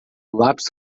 lápis